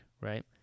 right